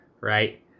right